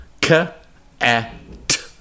K-A-T